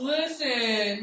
Listen